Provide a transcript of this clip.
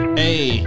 hey